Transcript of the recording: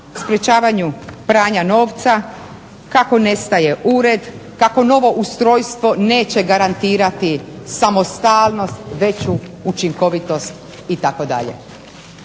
sprečavanju pranja novca kako nestaje ured, kako novo ustrojstvo neće garantirati samostalnost veću učinkovitost itd.